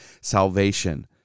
salvation